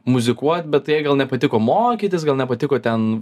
muzikuot bet tai jai gal nepatiko mokytis gal nepatiko ten